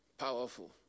powerful